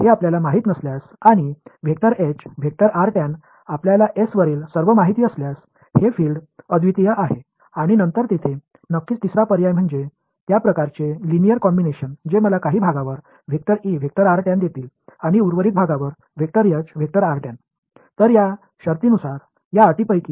எனவே இந்த உங்களுக்குத் தெரியாவிட்டால் S இன் அனைத்து உங்களுக்கு தெரிந்திருந்தால் புலம் தனித்துவமானது பின்னர் நிச்சயமாக மூன்றாவது விருப்பம் என்பது ஒரு நேர்கோட்டு கலவையாகும் இது நீங்கள் எனக்கு ஒரு பகுதியிலும் அதற்கு மேல் கொடுக்கும் மீதமுள்ள பகுதி